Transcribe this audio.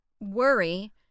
worry